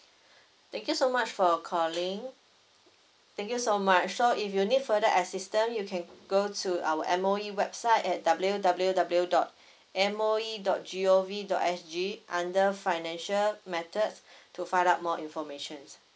thank you so much for calling thank you so much so if you need further assistant you can go to our M_O_E website at w w w dot m o e dot g o v dot s g under financial matters to find out more information